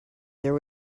there